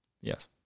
Yes